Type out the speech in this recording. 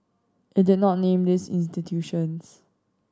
it did not name these institutions